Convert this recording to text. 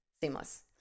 seamless